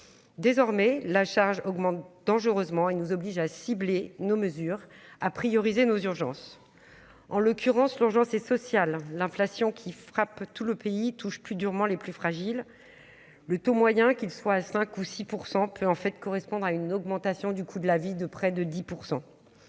désormais, la charge augmente dangereusement nous oblige à cibler nos mesures à prioriser nos urgences en l'occurrence l'urgence et sociale, l'inflation qui frappe tout le pays touche plus durement les plus fragiles, le taux moyen qu'il soit à 5 ou 6 % peut en fait correspondre à une augmentation du coût de la vie de près de 10